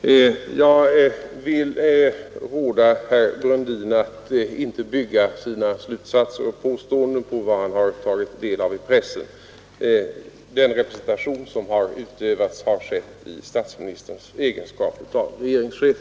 Herr talman! Jag vill råda herr Brundin att inte bygga sina slutsatser och påståenden på vad han har tagit del av i pressen. Den representation som utövats har skett i statsministerns egenskap av regeringschef.